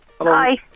Hi